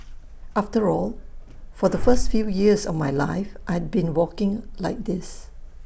after all for the first few years of my life I'd been walking like this